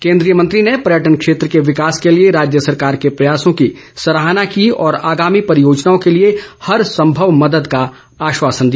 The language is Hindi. केंद्रीय मंत्री ने पर्यटन क्षेत्र के विकास के लिए राज्य सरकार के प्रयासों की सराहना की और आगामी परियोजनाओं के लिए हर संभव मदद का आश्वासन दिया